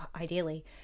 ideally